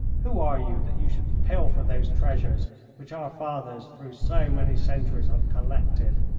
who are you that you should pilfer those treasures which our fathers through so many centuries have collected?